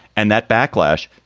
and that backlash.